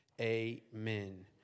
Amen